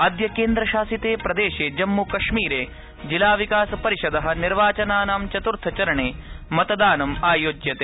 अद्य केन्द्रशासिते प्रदेशे जम्मूकश्मीरे जिलाविकासपरिषद निर्वाचनानां चतुर्थचरणे मतदानं आयोज्यते